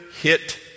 hit